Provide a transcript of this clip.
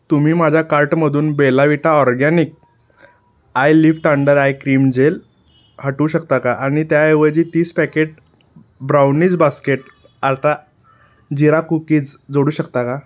तुम्ही माझ्या कार्टमधून Bella Vita organic eyelift under eye cream gel हटवू शकता का आणि त्याऐवजी तीस पॅकेट ब्राउनीज बास्केट आटा जिरा कुकीज जोडू शकता का